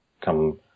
come